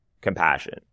compassion